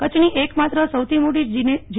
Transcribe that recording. કચ્છની એકમાત્ર સૌથી મોટી જી